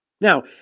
Now